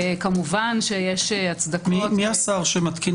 כמובן שיש הצדקות --- מי השר שמתקין